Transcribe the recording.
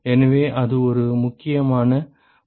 எனவே அது ஒரு முக்கியமான பண்பு